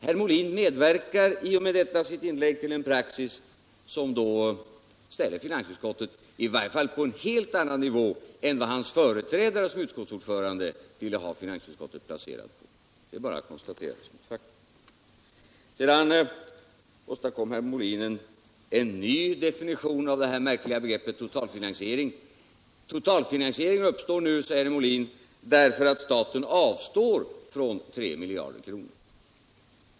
Herr Molin medverkar i och med detta sitt inlägg till en praxis som då ställer finansutskottet på en helt annan nivå än hans företrädare som utskottsordförande ville ha finansutskottet placerat på. Sedan åstadkom herr Molin en ny definition av det här märkliga begreppet totalfinansiering. Totalfinansiering uppstår nu, säger herr Molin, därför att staten avstår från tre miljarder kronor.